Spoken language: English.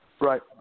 Right